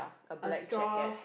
a straw ha~